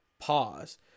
pause